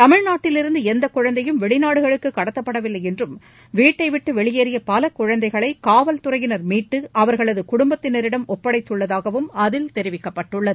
தமிழ்நாட்டிலிருந்து எந்த குழந்தையும் வெளிநாடுகளுக்கு கடத்தப்படவில்லை என்றும் வீட்டை விட்டு வெளியேறிய பல குழந்தைகளை காவல்துறையினர் மீட்டு அவர்களது குடும்பத்தினரிடம் ஒப்படைத்துள்ளதாகவும் அதில் தெரிவிக்கப்பட்டுள்ளது